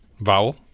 Vowel